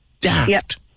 daft